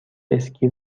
اسکی